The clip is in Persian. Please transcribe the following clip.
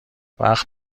وقت